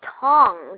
tongs